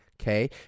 okay